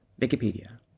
Wikipedia